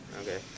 okay